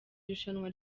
irushanwa